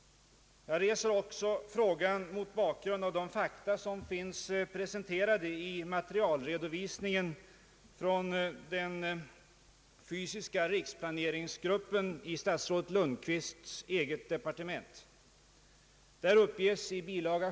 Jag ställer frågan också mot bakgrund av de fakta som finns presenterade i materialredovisningen från den fysiska riksplaneringsgruppen i statsrådet Lundkvists eget departement. Där uppges i bil.